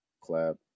clap